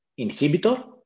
inhibitor